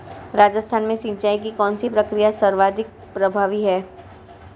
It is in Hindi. राजस्थान में सिंचाई की कौनसी प्रक्रिया सर्वाधिक प्रभावी है?